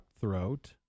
throat